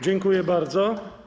Dziękuję bardzo.